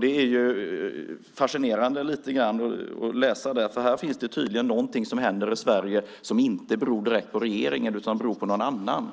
Det är ju lite fascinerande att läsa det, för här finns tydligen någonting som händer i Sverige som inte beror direkt på regeringen utan beror på någon annan.